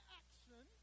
action